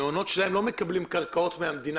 המעונות שלהן לא מקבלים קרקעות מהמדינה